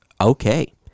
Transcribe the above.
okay